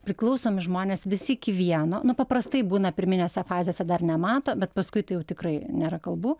priklausomi žmonės visi iki vieno nu paprastai būna pirminėse fazėse dar nemato bet paskui tai jau tikrai nėra kalbų